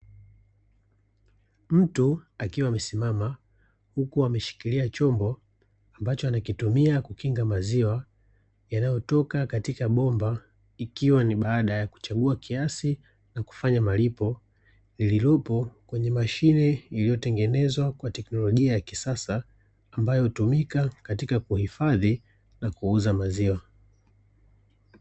Mtu akiwa amesimama huku ameshikilia chombo, ambacho anakitumia kukinga maziwa yanayotoka katika bomba, ikiwa ni baada ya kuchagua kiasi na kufanya malipo, lililopo kwenye mashine iliyotengenezwa kwa teknolojia ya kisasa, ambayo hutumika katika kuhifadhi na kuuza maziwa.